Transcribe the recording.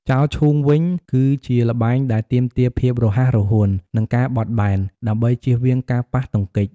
ចោលឈូងវិញ គឺជាល្បែងដែលទាមទារភាពរហ័សរហួន និងការបត់បែន ដើម្បីចៀសវាងការប៉ះទង្គិច។